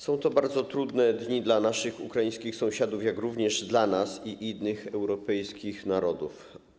Są to bardzo trudne dni dla naszych ukraińskich sąsiadów, jak również dla nas i innych europejskich narodów.